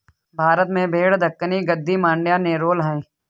भारत में भेड़ दक्कनी, गद्दी, मांड्या, नेलोर है